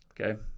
okay